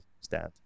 stand